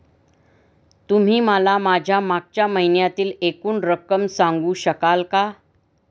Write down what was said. तुम्ही मला माझ्या मागच्या महिन्यातील एकूण रक्कम सांगू शकाल का?